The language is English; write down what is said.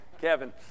Kevin